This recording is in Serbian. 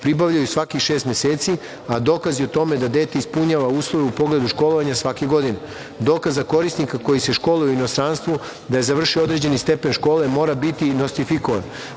pribavljaju svakih šest meseci, a dokazi o tome da dete ispunjava uslove u pogledu školovanja svake godine. Dokaz za korisnika koji se školuje u inostranstvu da je završio određeni stepen škole mora biti nostrifikovan.